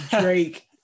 Drake